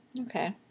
okay